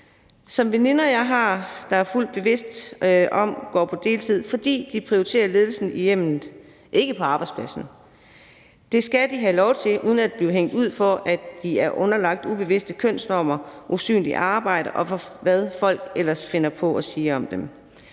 som veninder, jeg har, der fuldt bevidst går på deltid, fordi de prioriterer ledelsen i hjemmet, ikke på arbejdspladsen. Det skal de have lov til uden at blive hængt ud for at være underlagt ubevidste kønsnormer, usynligt arbejde, og hvad folk ellers finder på at sige om dem.